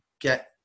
get